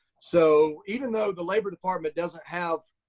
so even though the labor department doesn't have